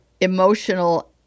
emotional